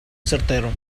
certero